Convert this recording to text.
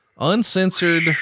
Uncensored